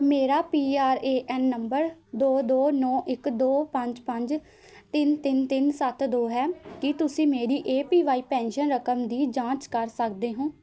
ਮੇਰਾ P R A N number ਦੋ ਦੋ ਨੌ ਇੱਕ ਦੋ ਪੰਜ ਪੰਜ ਤਿੰਨ ਤਿੰਨ ਤਿੰਨ ਸੱਤ ਦੋ ਹੈ ਕੀ ਤੁਸੀਂ ਮੇਰੀ ਏ ਪੀ ਵਾਈ ਪੈਨਸ਼ਨ ਰਕਮ ਦੀ ਜਾਂਚ ਕਰ ਸਕਦੇ ਹੋ